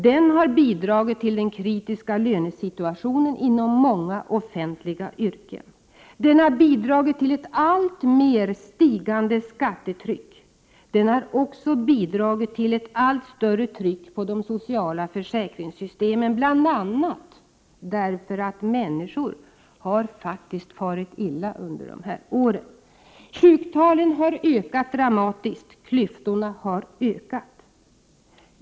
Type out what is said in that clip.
Den har bidragit till den kritiska lönesituationen inom många offentliga yrken. Den har bidragit till ett alltmer stigande skattetryck. Den har också bidragit till ett allt större tryck på de sociala försäkringssystemen, bl.a. därför att människor faktiskt har farit illa under de här åren. Sjuktalen har ökat dramatiskt. Klyftorna har ökat.